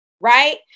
Right